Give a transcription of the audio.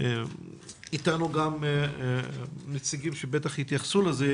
איתנו גם נציגים שבטח יתייחסו לזה,